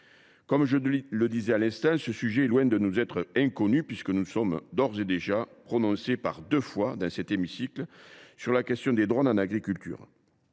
pays l’ont fait avant. Ce sujet est loin de nous être inconnu : nous nous sommes d’ores et déjà prononcés par deux fois dans cet hémicycle sur la question des drones en agriculture.